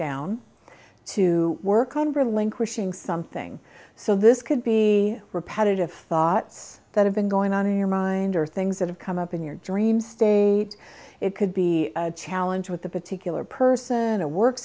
down to work on berlin crushing something so this could be repetitive thoughts that have been going on in your mind or things that have come up in your dream state it could be a challenge with the particular person a work